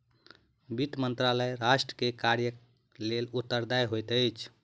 वित्त मंत्रालय राष्ट्र वित्त कार्यक लेल उत्तरदायी होइत अछि